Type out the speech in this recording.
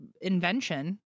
invention